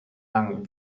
lang